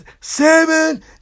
seven